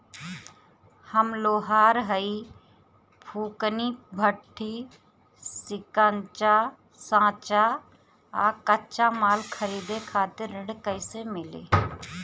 हम लोहार हईं फूंकनी भट्ठी सिंकचा सांचा आ कच्चा माल खरीदे खातिर ऋण कइसे मिली?